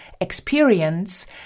experience